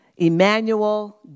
Emmanuel